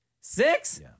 Six